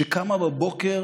שקמה בבוקר